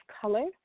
color